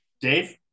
Dave